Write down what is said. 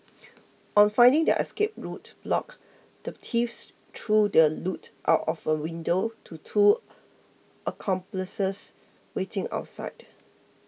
on finding their escape route blocked the thieves threw the loot out of a window to two accomplices waiting outside